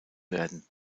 werden